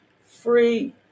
free